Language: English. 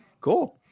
cool